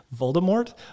Voldemort